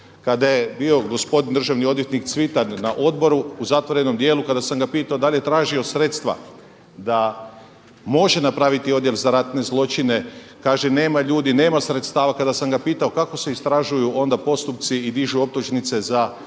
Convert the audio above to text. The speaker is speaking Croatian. Kada je bio gospodin državni odvjetnik Cvitan na odboru, u zatvorenom dijelu kada sam ga pitao da li je tražio sredstva da može napraviti odjel za ratne zločine kaže nema ljudi, nema sredstava. Kada sam ga pitao kako se istražuju onda postupci i dižu optužnice za